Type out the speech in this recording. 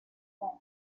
con